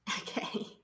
Okay